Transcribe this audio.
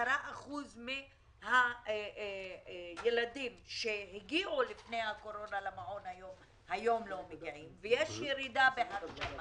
10% מהילדים שהגיעו לפני הקורונה למעון היום לא מגיעים ויש ירידה בהרשמה